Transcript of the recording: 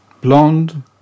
Blonde